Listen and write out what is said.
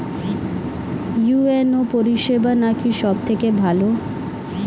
UNO পরিসেবা নাকি সব থেকে ভালো?